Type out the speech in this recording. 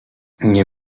nie